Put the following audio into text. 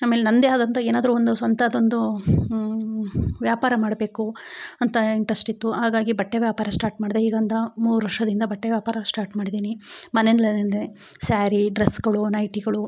ಆಮೇಲೆ ನನ್ನದೇ ಆದಂತಹ ಏನಾದರೂ ಒಂದು ಸ್ವಂತದೊಂದು ವ್ಯಾಪಾರ ಮಾಡಬೇಕು ಅಂತ ಇಂಟ್ರೆಸ್ಟ್ ಇತ್ತು ಹಾಗಾಗಿ ಬಟ್ಟೆ ವ್ಯಾಪಾರ ಸ್ಟಾರ್ಟ್ ಮಾಡಿದೆ ಈಗಿಂದ ಮೂರು ವರ್ಷದಿಂದ ಬಟ್ಟೆ ವ್ಯಾಪಾರ ಸ್ಟಾರ್ಟ್ ಮಾಡಿದ್ದೀನಿ ಮನೆಯಲ್ಲೇ ಅಂದೆ ಸ್ಯಾರಿ ಡ್ರೆಸ್ಗಳು ನೈಟಿಗಳು